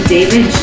David